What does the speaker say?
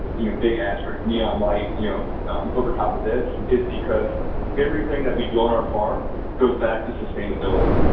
but you know big asterisk neon lights yeah um over top of this and is because everything that we do on our farm goes back to sustainability.